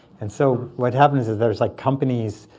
and so what happens is there's like companies,